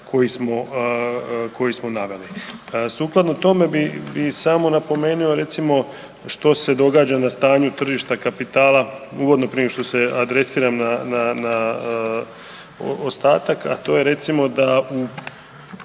koji smo naveli. Sukladno tome bi, bi samo napomenuo recimo što se događa na stanju tržišta kapitala uvodno prije nego što se adresiram na, na, na ostatak, a to je recimo da u,